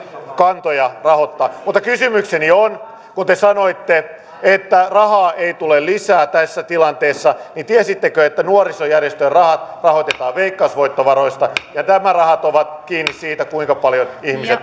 kantoja rahoittaa mutta kysymykseni on kun te sanoitte että rahaa ei tule lisää tässä tilanteessa tiesittekö että nuorisojärjestöjen rahat rahoitetaan veikkausvoittovaroista ja nämä rahat ovat kiinni siitä kuinka paljon ihmiset